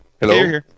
hello